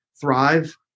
thrive